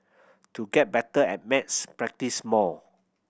to get better at maths practise more